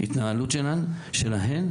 בהתנהלות שלהן,